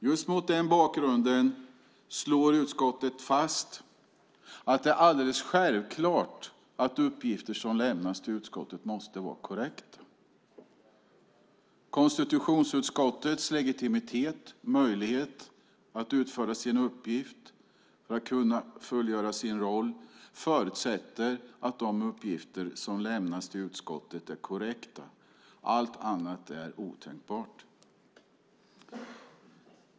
Just mot den bakgrunden slår utskottet fast att det är alldeles självklart att uppgifter som lämnas till utskottet måste vara korrekta. Konstitutionsutskottets legitimitet och möjligheter att utföra sin uppgift för att kunna fullgöra sin roll förutsätter att de uppgifter som lämnas till utskottet är korrekta. Allt annat är otänkbart.